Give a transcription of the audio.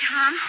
Tom